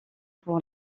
pour